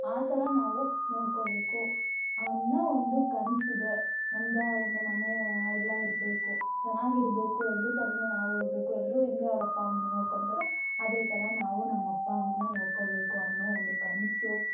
ಆ ಥರ ನಾವು ನೋಡ್ಕೋಬೇಕು ಅನ್ನೋ ಒಂದು ಕನಸಿದೆ ನಮ್ಮದೇ ಆದಂಥ ಮನೆಯ ಎಲ್ಲ ಇರಬೇಕು ಚೆನ್ನಾಗಿರ್ಬೇಕು ಎಲ್ರ ಥರನು ನಾವು ಇರಬೇಕು ಎಲ್ಲರು ಹೇಗೆ ಅವ್ರ ಅಪ್ಪ ಅಮ್ಮನ್ನ ನೋಡ್ಕೊತಾರೋ ಅದೇ ಥರ ನಾವು ನಮ್ಮ ಅಪ್ಪ ಅಮ್ಮನ್ನ ನೋಡ್ಕೋಬೇಕು ಅನ್ನೋ ಒಂದು ಕನಸು